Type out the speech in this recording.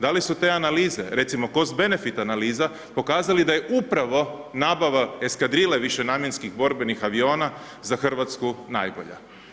Da li su te analize, recimo cost-benefit analiza pokazali da je upravo nabava eskadrile višenamjenskih borbenih aviona za Hrvatsku najbolja.